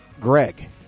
Greg